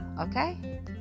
Okay